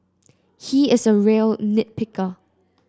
he is a real nit picker